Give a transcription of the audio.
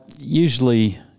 usually